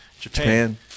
Japan